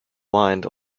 wind